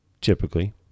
Typically